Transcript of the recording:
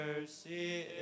mercy